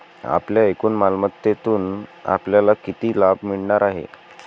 आपल्या एकूण मालमत्तेतून आपल्याला किती लाभ मिळणार आहे?